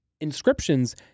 Inscriptions